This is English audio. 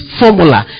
formula